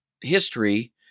history